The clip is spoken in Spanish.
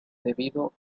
debido